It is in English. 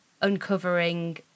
uncovering